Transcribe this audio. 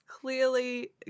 clearly